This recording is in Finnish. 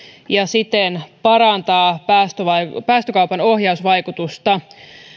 ja siten parantaa päästökaupan päästökaupan ohjausvaikutusta